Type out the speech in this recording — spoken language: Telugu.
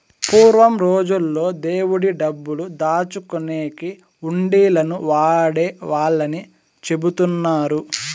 పూర్వం రోజుల్లో దేవుడి డబ్బులు దాచుకునేకి హుండీలను వాడేవాళ్ళని చెబుతున్నారు